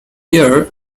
year